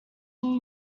new